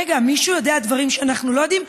רגע, מישהו יודע דברים שאנחנו לא יודעים?